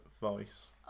voice